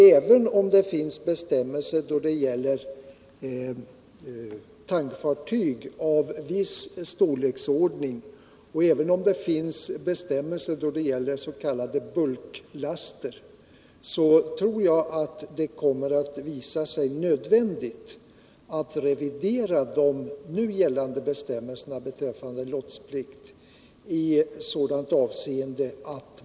Även om det finns bestämmelser för tankfartyg av viss storlek och för s.k. bulklaster tror jag att det kommer att visa sig nödvändigt att skärpa de nuvarande bestämmelserna för lotsplikt.